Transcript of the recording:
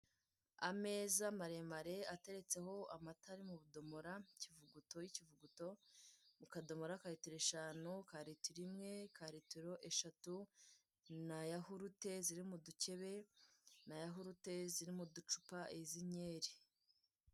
Ameza maremare ateretseho amata ari mubudomora y'ikivuguto mukadomora ka ritiro eshanu ka ritiro imwe ka ritiro eshatu, na yahurute ziri mudukebe na yahurute ziri m'uducupa z'inyeri.